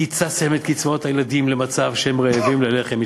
קיצצתם את קצבאות הילדים למצב שהם רעבים ללחם.